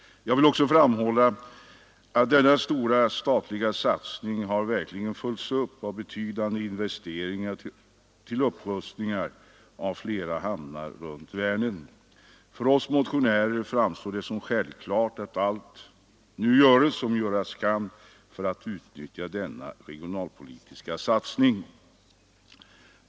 Jag vill här också framhålla att denna stora statliga satsning verkligen har följts upp av betydande investeringar till upprustningar av flera hamnar runt Vänern. För oss motionärer framstår det som självklart att allt nu göres som göras kan för att utnyttja denna regionalpolitiska satsning.